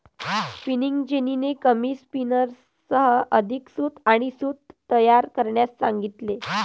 spinning जेनीने कमी स्पिनर्ससह अधिक सूत आणि सूत तयार करण्यास सांगितले